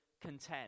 content